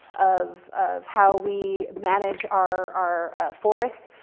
of, of how we manage our our forest.